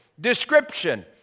description